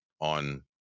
on